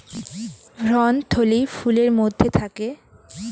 ভ্রূণথলি ফুলের মধ্যে থাকে